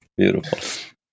Beautiful